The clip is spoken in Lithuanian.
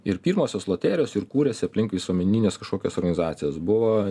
ir pirmosios loterijos ir kūrėsi aplink visuomenines kažkokias organizacijas buvo